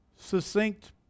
succinct